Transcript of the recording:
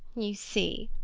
you see,